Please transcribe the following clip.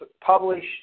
publish